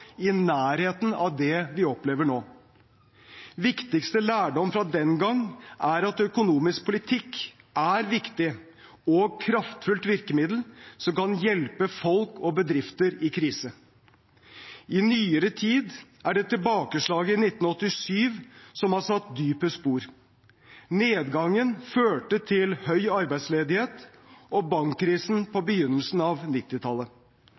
i nærheten av det vi opplever nå. Viktigste lærdom fra den gang er at økonomisk politikk er et viktig og kraftfullt virkemiddel, som kan hjelpe folk og bedrifter i krise. I nyere tid er det tilbakeslaget i 1987 som har satt dypest spor. Nedgangen førte til høy arbeidsledighet og bankkrisen på begynnelsen av